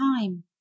time